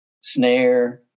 snare